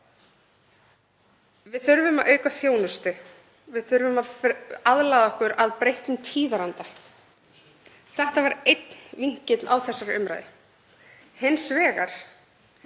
Við þurfum að auka þjónustu. Við þurfum að laga okkur að breyttum tíðaranda. Þetta var einn vinkill á þessari umræðu. Hins vegar